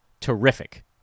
Terrific